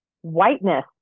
whiteness